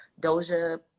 doja